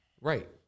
Right